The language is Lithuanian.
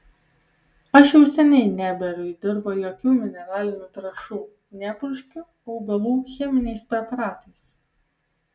aš jau seniai neberiu į dirvą jokių mineralinių trąšų nepurškiu augalų cheminiais preparatais